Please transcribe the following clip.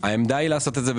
העמדה היא לעשות את זה.